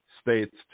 states